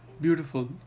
Beautiful